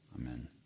Amen